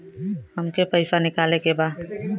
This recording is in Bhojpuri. हमके पैसा निकाले के बा